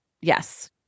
Yes